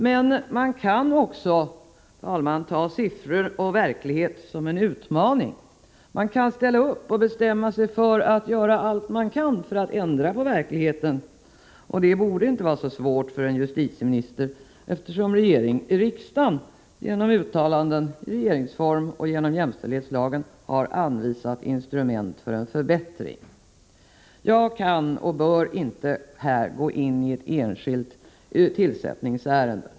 Men man kan också ta siffrorna och verkligheten som en utmaning. Man kan ställa upp och bestämma sig för att göra allt man kan för att ändra på verkligheten, och det borde inte vara så svårt för en justitieminister, eftersom riksdagen genom stadganden i regeringsformen och genom jämställdhetslagen har anvisat instrument för en förbättring. Jag kan och bör inte här gå in i ett enskilt tillsättningsärende.